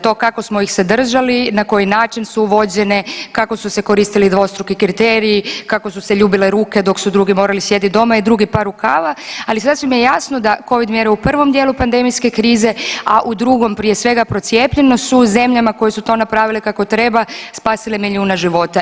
To kako smo ih se držali, na koji način su uvođene, kako su se koristili dvostruki kriteriji, kako su se ljubile ruke dok su drugi morali sjedit doma je drugi par rukava, ali sasvim je jasno da covid mjere u prvom dijelu pandemijske krize, a u drugom prije svega procijepljenost su u zemljama koje su to napravile kako treba, spasile milijune života.